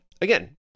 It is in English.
again